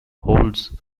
holds